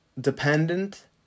dependent